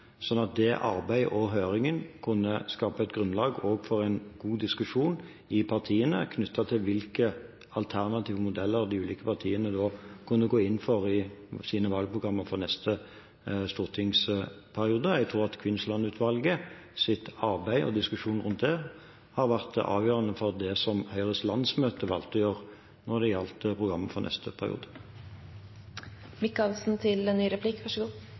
sånn at det arbeidet – og høringen – også kunne skape et grunnlag for en god diskusjon i partiene knyttet til hvilke alternative modeller de ulike partiene da kunne gå inn for i sine valgprogrammer for neste stortingsperiode. Jeg tror at Kvinnsland-utvalgets arbeid og diskusjonen rundt det har vært avgjørende for det som Høyres landsmøte valgte å gjøre når det gjaldt programmet for neste